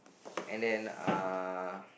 and then uh